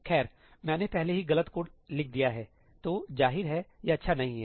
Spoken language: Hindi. खैर मैंने पहले ही गलत कोड लिख दिया है तो जाहिर है यह अच्छा नहीं है